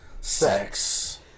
sex